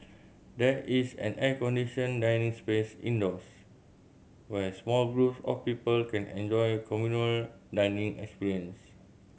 there is an air conditioned dining space indoors where small groups of people can enjoy communal dining experience